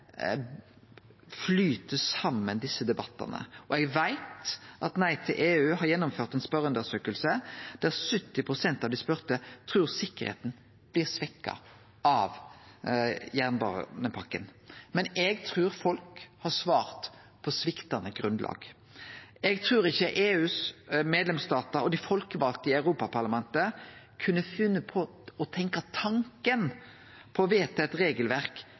flyt saman. Eg veit at Nei til EU har gjennomført ei spørjeundersøking der 70 pst. av dei spurde trur sikkerheita blir svekt av jernbanepakka, men eg trur folk har svart på sviktande grunnlag. Eg trur ikkje EUs medlemsstatar og dei folkevalde i Europaparlamentet kunne funne på å tenkje tanken på å vedta eit regelverk